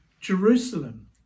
Jerusalem